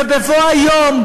ובבוא היום,